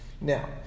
Now